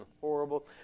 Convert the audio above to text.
horrible